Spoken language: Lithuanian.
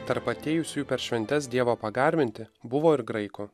tarp atėjusiųjų per šventes dievo pagarbinti buvo ir graikų